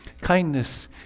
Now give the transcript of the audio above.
kindness